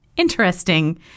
Interesting